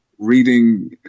Reading